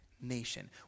nation